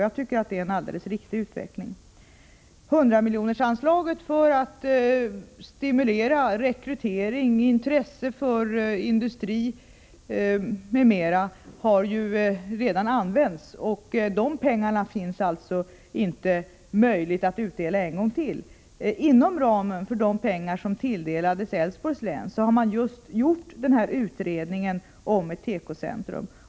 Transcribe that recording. Jag tycker att det är en alldeles riktig utveckling. 100-miljonersanslaget som är avsett för att stimulera rekrytering, intresset för industri m.m. har redan utnyttjats. Det finns alltså inte någon möjlighet till ytterligare utdelning därvidlag. Inom ramen för de medel som tilldelats Älvsborgs län har man, som sagt, gjort en utredning om behovet av ett tekocentrum.